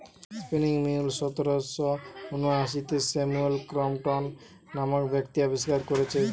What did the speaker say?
spinning mule সতেরশ ঊনআশিতে Samuel Crompton নামক ব্যক্তি আবিষ্কার কোরেছে